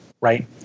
Right